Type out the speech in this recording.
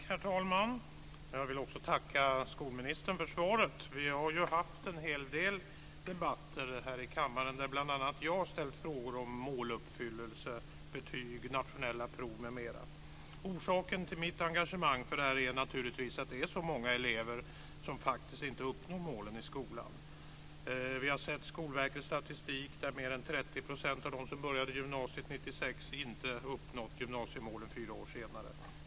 Herr talman! Jag vill tacka skolministern för svaret. Vi har haft en hel del debatter här i kammaren, där bl.a. jag har ställt frågor om måluppfyllelse, betyg, nationella prov m.m. Orsaken till mitt engagemang är naturligtvis att det är så många elever som faktiskt inte uppnår målen i skolan. Vi har sett Skolverkets statistik som visar att mer än 30 % av dem som började gymnasiet 1996 inte har uppnått gymnasiemålen fyra år senare.